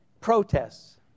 protests